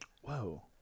Whoa